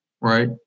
right